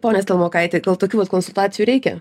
pone stelmokaiti gal tokių vat konsultacijų reikia